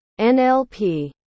NLP